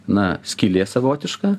na skylė savotiška